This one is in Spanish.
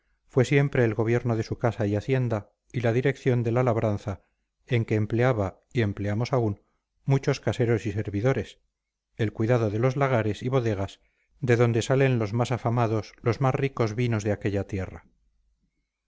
fue siempre el gobierno de su casa y hacienda la dirección de la labranza en que empleaba y empleamos aún muchos caseros y servidores el cuidado de los lagares y bodegas de donde salen los más afamados los más ricos vinos de aquella tierra